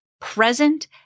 present